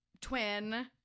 twin